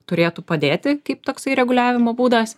turėtų padėti kaip toksai reguliavimo būdas